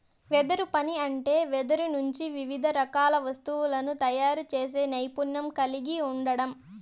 వెదురు పని అంటే వెదురు నుంచి వివిధ రకాల వస్తువులను తయారు చేసే నైపుణ్యం కలిగి ఉండడం